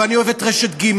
ואני אוהב את רשת ג',